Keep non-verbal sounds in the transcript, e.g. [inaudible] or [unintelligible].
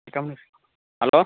[unintelligible] hello